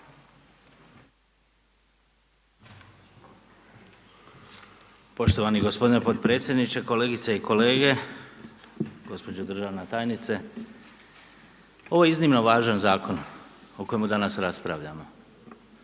Poštovani gospodine potpredsjedniče, kolegice i kolege, gospođo državna tajnice. Ovo je iznimno važan zakon o kojemu danas raspravljamo